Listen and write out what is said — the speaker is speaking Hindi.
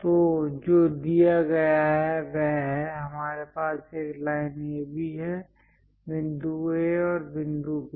तो जो दिया गया है वह है हमारे पास एक लाइन AB है बिंदु A और बिंदु B